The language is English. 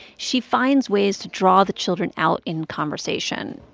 she finds ways to draw the children out in conversation.